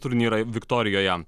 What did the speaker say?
turnyrą viktorijoje